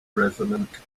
resonant